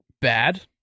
bad